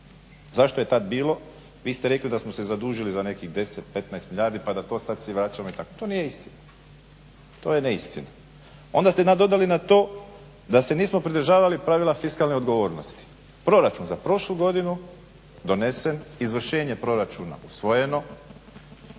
Zašto je tad bilo? Vi ste rekli da smo se zadužili za nekih 10, 15 milijardi pa da to sad svi vraćamo itd. To nije istina. To je neistina. Onda ste nadodali na to da se nismo pridržavali pravila fiskalne odgovornosti. Proračun za prošlu godinu donesen, izvršenje proračuna usvojeno,